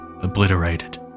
obliterated